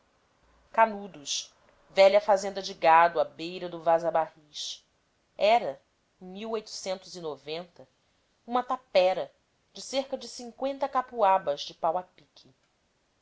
canudos velha fazenda de gado à beira do vaza barris era em noventa uma tapera de cerca de cinqüenta capuabas de pau a pique